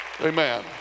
Amen